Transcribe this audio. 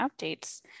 updates